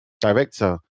director